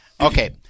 Okay